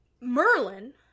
Merlin